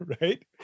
right